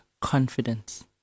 confidence